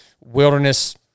wilderness